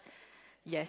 yes